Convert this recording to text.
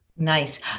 Nice